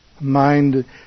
mind